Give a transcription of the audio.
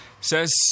says